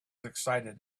excited